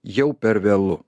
jau per vėlu